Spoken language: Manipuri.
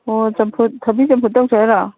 ꯍꯣ ꯆꯝꯐꯨꯠ ꯊꯕꯤ ꯆꯝꯐꯨꯠ ꯇꯧꯁꯤ ꯍꯥꯏꯔꯣ